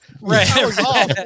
Right